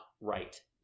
right